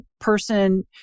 person